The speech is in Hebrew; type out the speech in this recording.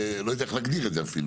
לא יודע איך להגדיר את זה אפילו,